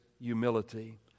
humility